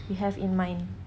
you have in mind